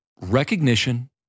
Recognition